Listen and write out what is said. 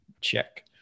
Check